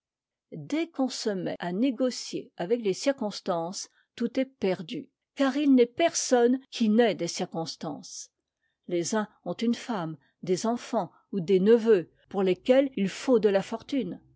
dès qu'on se met à négocier avec les circonstances tout est perdu car il n'est personne qui n'ait des circonstances les uns ont une femme des enfants ou des neveux pour tesquets il faut de la fortune